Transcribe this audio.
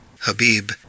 Habib